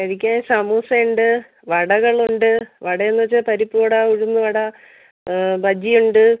കഴിക്കാൻ സമൂസയുണ്ട് വടകളുണ്ട് വട എന്ന് വെച്ചാൽ പരിപ്പ് വട ഉഴുന്ന് വട ബജിയുണ്ട്